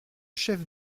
chef